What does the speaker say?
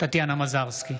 טטיאנה מזרסקי,